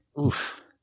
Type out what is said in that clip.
Oof